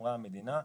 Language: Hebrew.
שאמרה המדינה,